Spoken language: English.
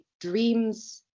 dreams